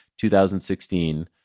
2016